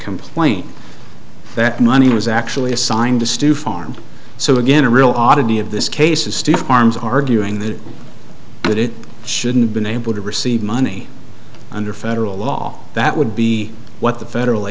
complaint that money was actually assigned to stew farm so again a real oddity of this case is still farms arguing that it shouldn't been able to receive money under federal law that would be what the federal